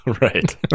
Right